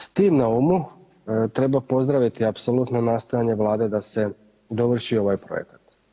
S tim na umu treba pozdraviti apsolutno nastojanje Vlade da se dovrši ovaj projekt.